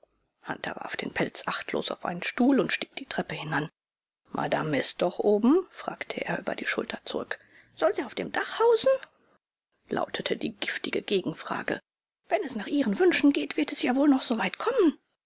warf den pelz achtlos auf einen stuhl und stieg die treppe hinan madame ist doch oben fragte er über die schulter zurück soll sie auf dem dach hausen lautete die giftige gegenfrage wenn es nach ihren wünschen geht wird es ja wohl noch soweit kommen